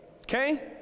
okay